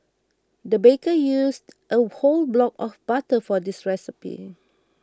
the baker used a whole block of butter for this recipe